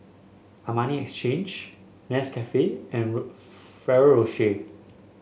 Armani Exchange Nescafe and Ferrero Rocher